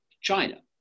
China